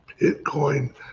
Bitcoin